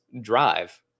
drive